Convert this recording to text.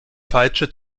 falsche